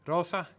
Rosa